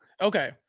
okay